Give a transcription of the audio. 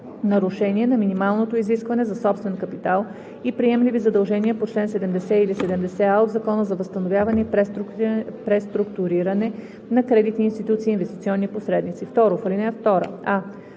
нарушение на минималното изискване за собствен капитал и приемливи задължения по чл. 70 или 70а от Закона за възстановяване и преструктуриране на кредитни институции и инвестиционни посредници.“ 2. В